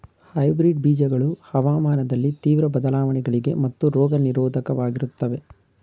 hybrid ಬೀಜಗಳು ಹವಾಮಾನದಲ್ಲಿನ ತೀವ್ರ ಬದಲಾವಣೆಗಳಿಗೆ ಮತ್ತು ರೋಗ ನಿರೋಧಕವಾಗಿರುತ್ತವೆ